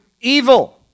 evil